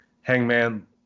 Hangman